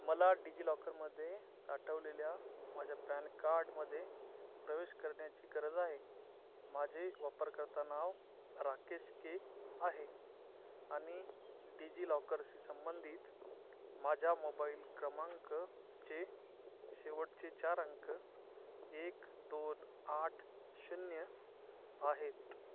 मला डिजिलॉकरमध्ये साठवलेल्या माझ्या पॅन कार्डमध्ये प्रवेश करण्याची गरज आहे माझे वापरकर्ता नाव राकेश के आहे आणि डिजिलॉकरशी संबंधित माझा मोबाईल क्रमांकाचे शेवटचे चार अंक एक दोन आठ शून्य आहेत